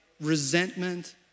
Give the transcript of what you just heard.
resentment